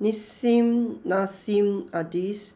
Nissim Nassim Adis